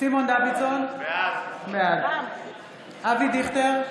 סימון דוידסון, בעד אבי דיכטר,